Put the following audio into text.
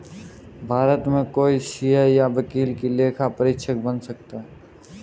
भारत में कोई सीए या वकील ही लेखा परीक्षक बन सकता है